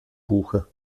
buche